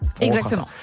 Exactement